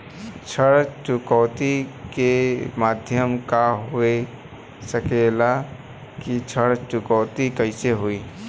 ऋण चुकौती के माध्यम का हो सकेला कि ऋण चुकौती कईसे होई?